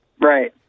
Right